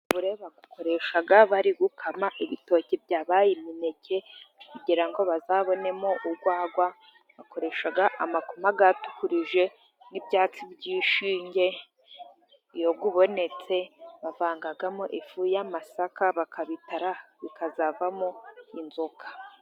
Umuvure bawukoresha bari gukama ibitoki byabaye imineke, kugira ngo bazabonemo urwagwa bakoresha amakoma yatukurije, n'ibyatsi by'inshinge iyo ubonetse bavangamo ifu y'amasaka bakabitara bikazavamo inzoga.